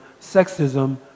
sexism